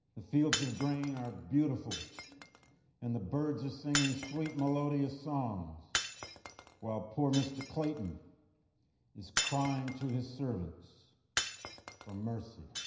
the fields of grain are beautiful and the birds are singing sweet melodious songs while poor mr. clayton is crying to his servants for mercy.